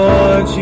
Lord